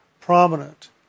prominent